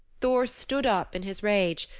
thor stood up in his rage.